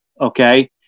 okay